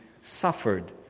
suffered